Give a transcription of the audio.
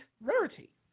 Rarity